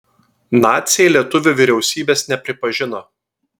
naciai lietuvių vyriausybės nepripažino